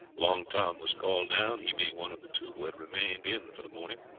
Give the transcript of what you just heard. long tom was called down, he being one of the two who had remained in for the morning.